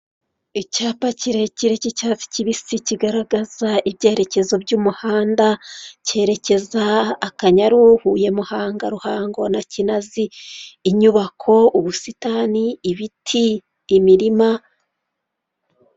icyapa kirekire kicyatsi kibisi kigaragaza ibyerekezo by'umuhanda cyerekeza akanyaru ,huye, muhanga, ruhango na kinazi inyubako ubusitami ibiti imirima.